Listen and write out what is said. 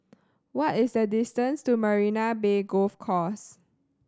what is the distance to Marina Bay Golf Course